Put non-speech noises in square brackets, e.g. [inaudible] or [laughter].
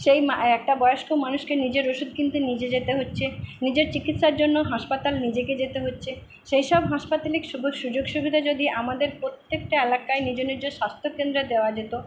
সেই একটা বয়স্ক মানুষকে নিজের ওষুধ কিনতে নিজে যেতে হচ্ছে নিজের চিকিৎসার জন্য হাসপাতাল নিজেকে যেতে হচ্ছে সেই সব হাসপাতালের [unintelligible] সুযোগ সুবিধা যদি আমাদের প্রত্যেকটা এলাকায় নিজ নিজ স্বাস্থ্যকেন্দ্রে দেওয়া যেতো